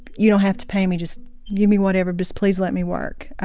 you don't have to pay me. just give me whatever. just please let me work.